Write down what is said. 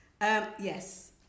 Yes